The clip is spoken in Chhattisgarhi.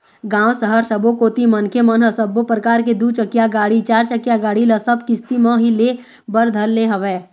गाँव, सहर सबो कोती मनखे मन ह सब्बो परकार के दू चकिया गाड़ी, चारचकिया गाड़ी ल सब किस्ती म ही ले बर धर ले हवय